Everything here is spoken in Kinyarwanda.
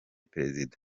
perezida